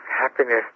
happiness